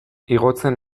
igotzen